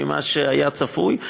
גדול ממה שהיה צפוי.